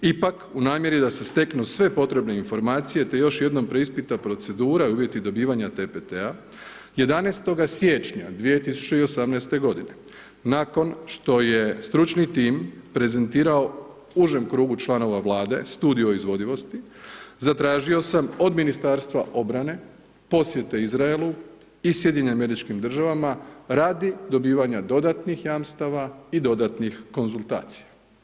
Ipak u namjeri da se steknu sve potrebne informacije te još jednom preispita procedura i uvjeti dobivanja TPT-a 11. siječnja 2018. godine nakon što je stručni tim prezentirao užem krugu članova Vlade studiju izvodivosti, zatražio sam od Ministarstva obrane posjete Izraelu i Sjedinjenim Američkim Državama radi dobivanja dodatnih jamstava i dodatnih konzultacija.